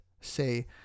say